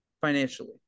financially